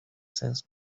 sense